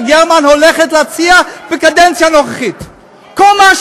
העברנו בקריאה ראשונה את חוק, לפניך.